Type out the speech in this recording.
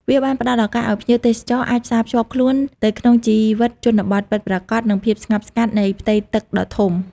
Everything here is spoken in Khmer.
វាបានផ្ដល់ឱកាសឱ្យភ្ញៀវទេសចរអាចផ្សាភ្ជាប់ខ្លួនទៅក្នុងជីវិតជនបទពិតប្រាកដ និងភាពស្ងប់ស្ងាត់នៃផ្ទៃទឹកដ៏ធំ។